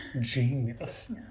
genius